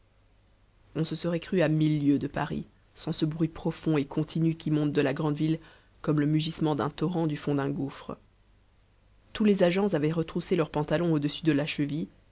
on se serait cru à mille lieues de paris sans ce bruit profond et continu qui monte de la grande ville comme le mugissement d'un torrent du fond d'un gouffre tous les agents avaient retroussé leur pantalon au-dessus de la cheville